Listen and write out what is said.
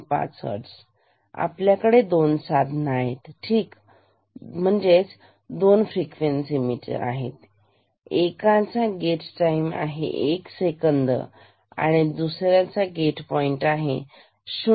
5 hertz आणि आपल्याकडे 2 साधन आहेत ठीक2 फ्रिक्वेन्सी मीटर आहेतएकाचा गेट टाईम आहे 1 सेकंद दुसऱ्याचा गेट टाईम आहे 0